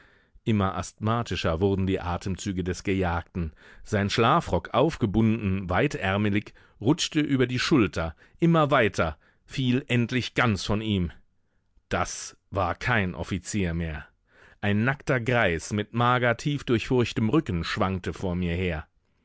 immer asthmatischer wurden die atemzüge des gejagten sein schlafrock aufgebunden weitärmelig rutschte über die schulter immer weiter fiel endlich ganz von ihm das war kein offizier mehr ein nackter greis mit mager tiefdurchfurchtem rücken schwankte vor mir her